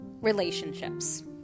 relationships